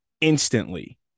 instantly